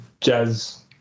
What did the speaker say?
jazz